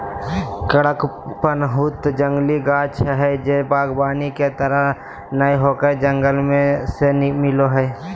कडपहनुत जंगली गाछ हइ जे वागबानी के तरह नय होकर जंगल से मिलो हइ